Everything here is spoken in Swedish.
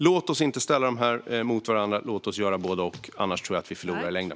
Låt oss inte ställa frågorna mot varandra, utan låt oss göra både och. Annars tror jag att vi förlorar i längden.